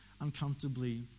uncomfortably